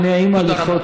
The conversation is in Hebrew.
וגם נעים הליכות.